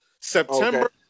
September